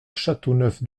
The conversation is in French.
châteauneuf